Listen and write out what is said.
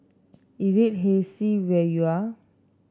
is it hazy where you are